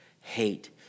hate